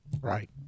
Right